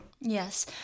Yes